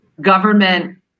government